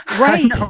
right